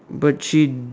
but she